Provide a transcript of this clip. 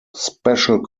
special